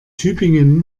tübingen